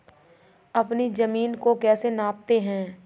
अपनी जमीन को कैसे नापते हैं?